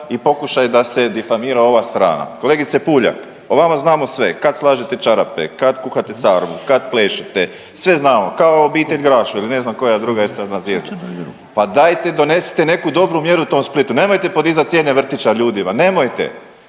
i pokušaj da se difamira ova strana. Kolegice Puljak, o vama znamo sve, kad slažete čarape, kad kuhate sarmu, kad plešete, sve znamo, kao obitelj Grašo ili ne znam koja druga estradna zvijezda. Pa dajte donosite neku dobru mjeru u tom Splitu, nemojte podizati cijene vrtića ljudima, nemojte,